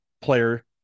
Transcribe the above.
player